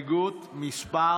הסתייגות מס'